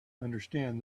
understand